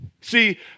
See